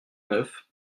neuf